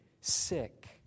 sick